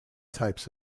types